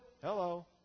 Hello